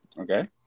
Okay